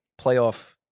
playoff